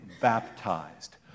baptized